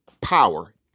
power